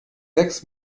sechs